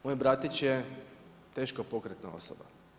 Moj bratić je teško pokretna osoba.